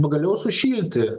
pagaliau sušilti